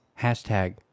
Hashtag